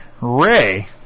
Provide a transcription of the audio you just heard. ray